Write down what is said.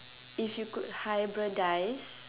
if you could hybridise